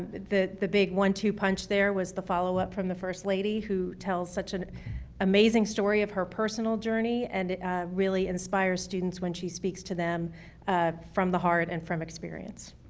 the the big one-two punch there was the follow-up from the first lady who tells such an amazing story of her personal journey and really inspires students when she speaks to them ah from the heart and from experience.